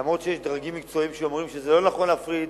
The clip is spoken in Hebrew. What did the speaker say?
אף-על-פי שיש דרגים מקצועיים שאומרים שזה לא נכון להפריד,